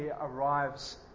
arrives